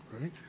Right